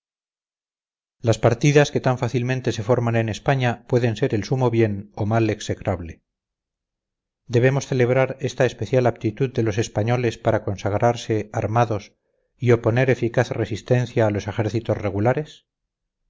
las partidas que tan fácilmente se forman en españa pueden ser el sumo bien o mal execrable debemos celebrar esta especial aptitud de los españoles para consagrarse armados y oponer eficaz resistencia a los ejércitos regulares